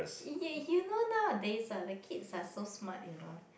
you you know nowadays ah the kids are so smart you know